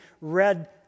read